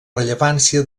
rellevància